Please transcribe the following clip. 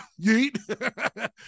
Yeet